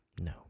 No